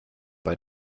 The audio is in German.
bei